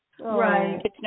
Right